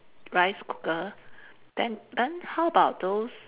rice cooker then then how about those